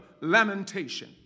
lamentation